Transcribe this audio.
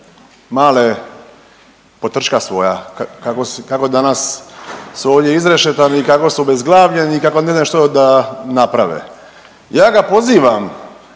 male potrčka svoja kako danas su ovdje izrešetani i kako su obezglavljeni i kako ne znaju što da naprave. Ja ga pozivam